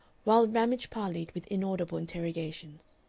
while ramage parleyed with inaudible interrogations.